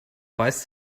beißt